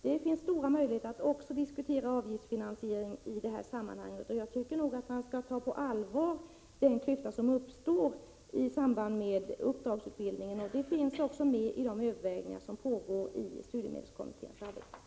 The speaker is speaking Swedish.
Det finns goda möjligheter att också diskutera avgiftsfinansiering i detta sammanhang, och jag anser att man skall ta på allvar den klyfta som uppstår i samband med uppdragsutbildningen. Detta finns också med vid de överväganden som görs under studiemedelskommitténs pågående arbete.